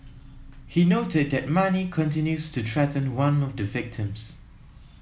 he noted that Mani continued to threaten one of the victims